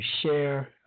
share